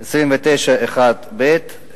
29(1)(ב),